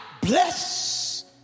bless